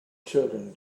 children